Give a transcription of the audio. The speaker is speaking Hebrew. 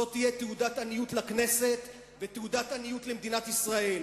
זו תהיה תעודת עניות לכנסת ותעודת עניות למדינת ישראל.